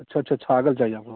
अच्छा अच्छा छागल चाहिए आपको